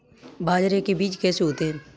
बाजरे के बीज कैसे होते हैं?